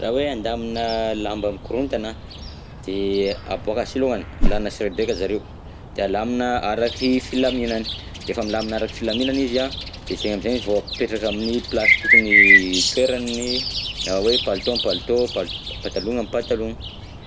Raha hoe handamina lamba mikorontana an, de aboaka si longany, alana siraidraika zareo, de alamina araky filaminany, defa milamina araky filaminany izy an, de zegny amizay izy vao apetraka amin'ny plasy tokony itoerany raha hoe palitô amy palitô, pa- patalogna amy patalogna.